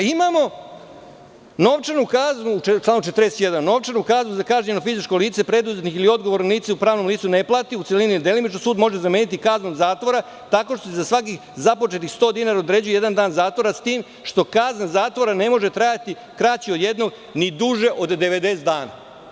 Imamo novčanu kaznu u članu 41, novčanu kaznu za kažnjeno fizičko lice, preduzetnik ili odgovorno lice pravnom licu ne plati u celini ili delimično, sud može zameniti kaznom zatvora, tako što će za svakih započetih 100 dinara odrediti jedan dan zatvora, s tim što kazna zatvora ne može trajati kraće od jedno ni duže od 90 dana.